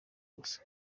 gusa